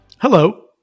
Hello